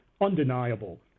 undeniable